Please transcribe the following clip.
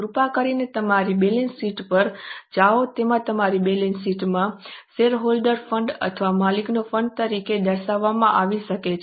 કૃપા કરીને તમારી balance sheet પર જાઓ તેમાં તમારી બેલેન્સ શીટમાં શેરહોલ્ડર ફંડ અથવા માલિકોના ફંડ તરીકે દર્શાવવામાં આવી શકે છે